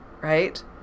right